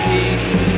Peace